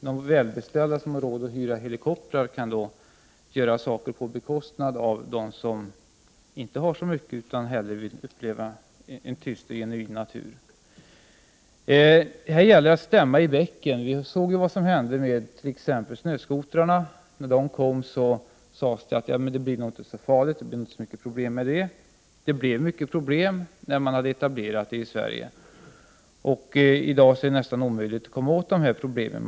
De välbeställda som har råd att hyra helikopter kan göra saker på bekostnad av dem som inte har så mycket pengar, utan hellre vill uppleva en tyst och genuin natur. Det gäller här att stämma i bäcken. Vi såg t.ex. vad som hände med snöskotrarna. När de kom sades det att det nog inte blir så farligt och att det inte leder till så många problem. Det blev många problem när man hade etablerat snöskotrar i Sverige. I dag är det nästan omöjligt att komma åt problemen.